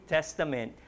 Testament